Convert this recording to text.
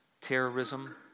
terrorism